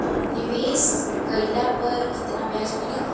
निवेश काइला पर कितना ब्याज मिली?